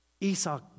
Esau